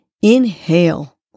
Inhale